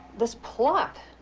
this plot.